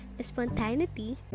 spontaneity